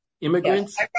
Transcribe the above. immigrants